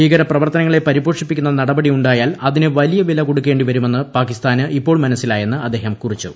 ഭീകരപ്രവർത്തനങ്ങളെ പരിപോഷിപ്പിക്കുന്ന നടപടിയു ായാൽ അതിന് വലിയ വില കൊടുക്കേ ിവരുമെന്ന് പാകിസ്ഥാന് ഇപ്പോൾ മനസ്സിലായെന്ന് അദ്ദേഹം കുറിച്ചു